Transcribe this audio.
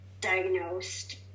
diagnosed